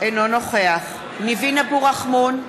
אינו נוכח ניבין אבו רחמון,